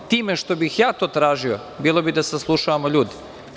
Time što bih ja to tražio, bilo bi da saslušavamo ljude.